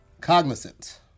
cognizant